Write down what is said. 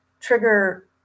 trigger